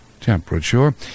temperature